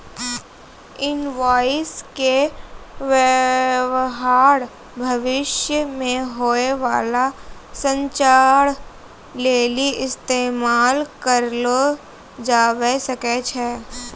invoice के व्य्वहार भविष्य मे होय बाला संचार लेली इस्तेमाल करलो जाबै सकै छै